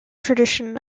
tradition